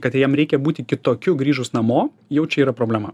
kad jam reikia būti kitokiu grįžus namo jau čia yra problema